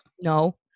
No